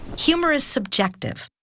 humor is subjective.